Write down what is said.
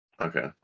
Okay